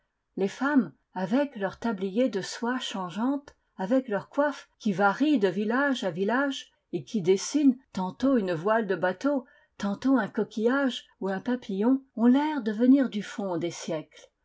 les femmes avec leurs tabliers de soie changeante avec leurs coiffes qui varient de village à village et qui dessinent tantôt une voile de bateau tantôt un coquillage ou un papillon ont l'air de venir du fond des siècles